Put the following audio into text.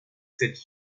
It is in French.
cette